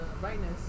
brightness